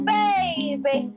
baby